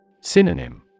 Synonym